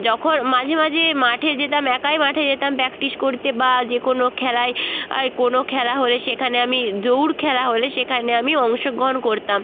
যখন মাঝে মাঝে মাঠে যেতাম একাই মাঠে যেতাম প্র্যাকটিস করতে বা যে কোনো খেলায় আয় কোনো খেলা হলে সেখানে আমি দৌড় খেলা হলে সেখানে আমি অংশগ্রহণ করতাম